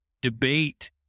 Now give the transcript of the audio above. debate